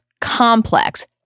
complex